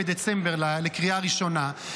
בדצמבר לקריאה ראשונה,